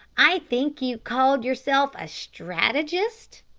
i think you called yourself a strategist,